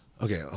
Okay